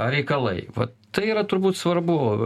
reikalai va tai yra turbūt svarbu